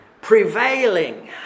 prevailing